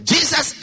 Jesus